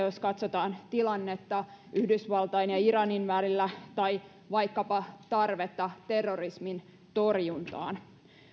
jos katsotaan tilannetta yhdysvaltain ja iranin välillä tai vaikkapa tarvetta terrorismin torjuntaan